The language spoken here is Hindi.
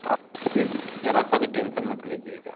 आप ज़रा सा भी टेंशन मत लीजिएगा